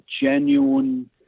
genuine